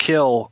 Kill